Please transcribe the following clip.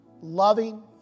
loving